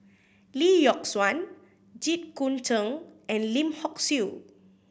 Lee Yock Suan Jit Koon Ch'ng and Lim Hock Siew